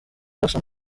jackson